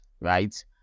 right